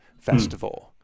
festival